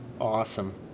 awesome